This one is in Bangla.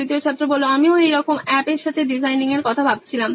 তৃতীয় ছাত্র আমিও এই একই রকম অ্যাপ এর সাথে ডিজাইনিং এর কথা ভাবছিলাম